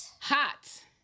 Hot